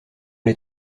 les